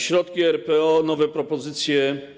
Środki RPO, nowe propozycje.